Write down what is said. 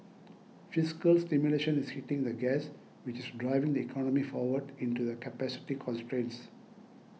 fiscal stimulation is hitting the gas which is driving the economy forward into the capacity constraints